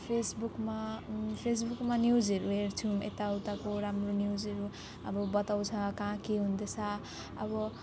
फेसबुकमा फेसबुकमा न्युजहरू हेर्छौँ यताउताको राम्रो न्युजहरू अब बताउँछ कहाँ के हुँदैछ अब